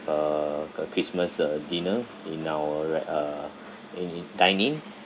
uh ch~ uh christmas uh dinner in our ri~ uh in in dining